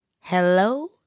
Hello